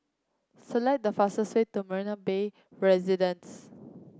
select the fastest way to Marina Bay Residences